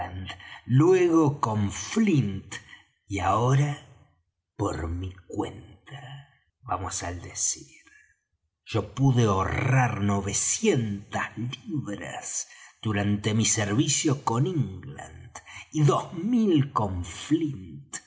luego con flint y ahora por mi cuenta vamos al decir yo pude ahorrar novecientas libras durante mi servicio con england y dos mil